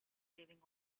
giving